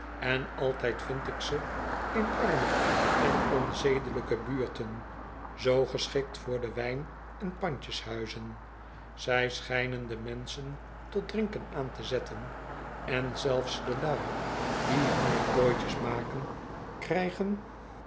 en altijd vind ik ze in arme en onzedelijke buurten zoo geschikt voor de wijn en pandjeshuizen zy schh'nen de menschen tot drinken aan te zetten en zelfs de lui die hunne kooitjes maken krijgen